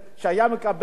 שהיה מקבל